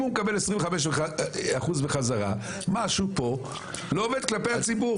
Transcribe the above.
אם הוא מקבל 25% בחזרה משהו פה לא עובד כלפי הציבור.